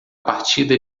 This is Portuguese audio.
partida